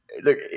Look